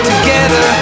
Together